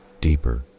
deeper